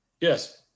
Yes